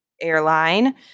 airline